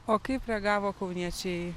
o kaip reagavo kauniečiai